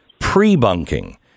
pre-bunking